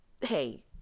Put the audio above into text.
Hey